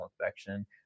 infection